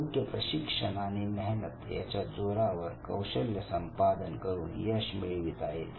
योग्य प्रशिक्षण आणि मेहनत यांच्या जोरावर कौशल्य संपादन करून यश मिळविता येते